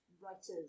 Writers